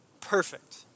Perfect